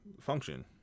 function